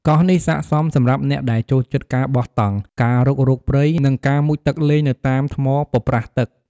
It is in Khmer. កោះនេះស័ក្តិសមសម្រាប់អ្នកដែលចូលចិត្តការបោះតង់ ការរុករកព្រៃ និងការមុជទឹកលេងនៅតាមថ្មប៉ប្រះទឹក។